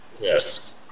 Yes